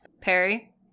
Perry